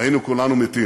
היינו כולנו מתים.